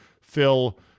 Phil